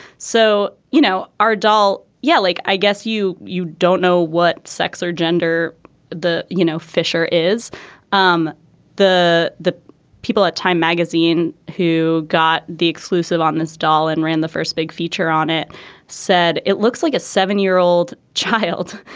so you know our doll. yeah like i guess you you don't know what sex or gender the you know fisher is um the the people at time magazine who got the exclusive on this doll and ran the first big feature on it said it looks like a seven year old child.